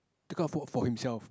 take out for for himself